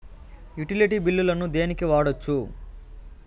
Utility బిల్లులను దేనికి వాడొచ్చు?